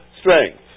strength